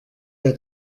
der